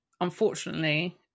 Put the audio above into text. unfortunately